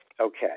Okay